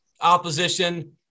opposition